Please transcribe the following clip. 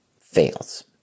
fails